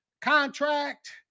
contract